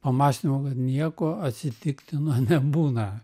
po mąstymo nieko atsitiktino nebūna